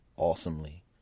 Awesomely